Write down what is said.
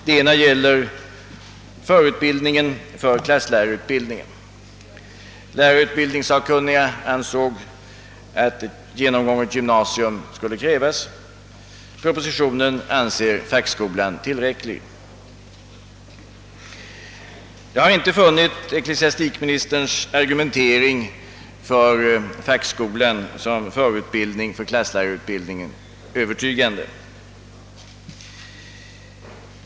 Det ena gäller förutbildningen för klasslärarutbildningen. Lärarutbildningssakkunniga menade att genomgånget gymnasium skulle krävas, propositionen anser fackskola tillräcklig. Jag har inte funnit ecklesiastikministerns argumentering för fackskola som förutbildning för klasslärarutbildningen övertygande.